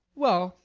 well,